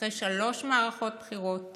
אחרי שלוש מערכות בחירות